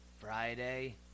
Friday